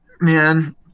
Man